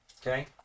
Okay